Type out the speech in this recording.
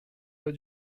pas